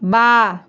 বাঁ